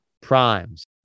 Primes